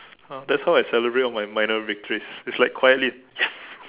!huh! that's how I celebrate on my minor victories it's like quietly